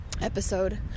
episode